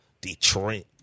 Detroit